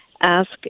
ask